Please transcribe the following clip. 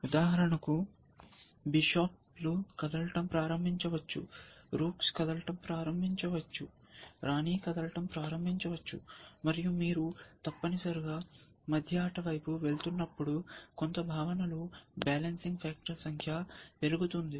ఉదాహరణకు బిషప్లు కదలడం ప్రారంభించవచ్చు రూక్స్ కదలడం ప్రారంభించవచ్చు రాణి కదలడం ప్రారంభించవచ్చు మరియు మీరు తప్పనిసరిగా మధ్య ఆట వైపు వెళ్ళేటప్పుడు కొంత భావన లో బ్యాలెన్సింగ్ ఫ్యాక్టర్ సంఖ్య పెరుగుతుంది